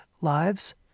lives